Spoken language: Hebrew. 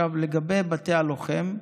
לגבי בתי הלוחם,